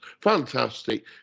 fantastic